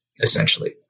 essentially